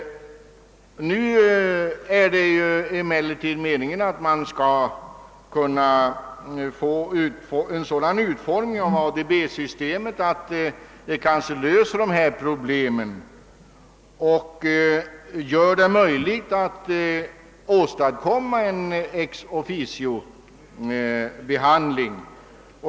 Nu är det emellertid meningen att det skall bli en sådan utformning av ADB-systemet att de här problemen kanske löses och att det blir möjligt åstadkomma ett ex officio-förfarande.